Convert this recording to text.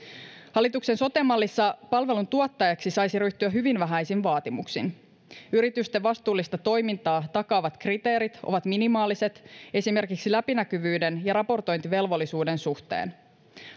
hallituksen sote mallissa palveluntuottajaksi saisi ryhtyä hyvin vähäisin vaatimuksin yritysten vastuullista toimintaa takaavat kriteerit ovat minimaaliset esimerkiksi läpinäkyvyyden ja raportointivelvollisuuden suhteen